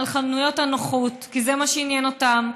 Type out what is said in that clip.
על חנויות הנוחות, כי זה מה שעניין אותם.